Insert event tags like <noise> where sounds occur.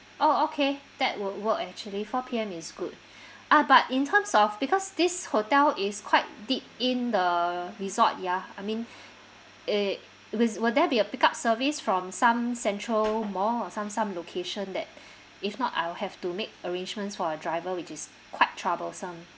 orh okay that would work actually four P_M is good <breath> uh but in terms of because this hotel is quite deep in the resort ya I mean <breath> it is will there be a pick up service from some central mall or some some location that <breath> if not I'll have to make arrangements for a driver which is quite troublesome